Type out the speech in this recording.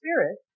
Spirit